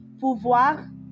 Pouvoir